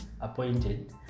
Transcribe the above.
appointed